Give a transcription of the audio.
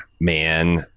man